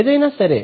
ఏదైనా సరే